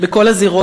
בכל הזירות.